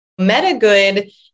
MetaGood